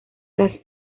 las